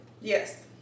Yes